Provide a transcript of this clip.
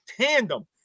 tandem